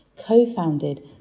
co-founded